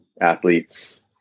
athletes